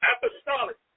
Apostolic